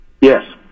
Yes